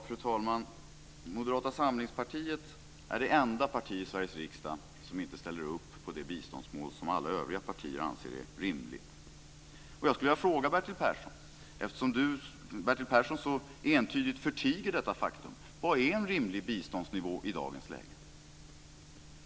Fru talman! Moderata samlingspartiet är det enda parti i Sveriges riksdag som inte ställer upp på det biståndsmål som alla övriga partier anser är rimligt. Jag skulle vilja fråga Bertil Persson, eftersom han så entydigt förtiger detta faktum: Vad är en rimlig biståndsnivå i dagens läge?